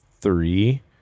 three